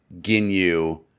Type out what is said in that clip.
Ginyu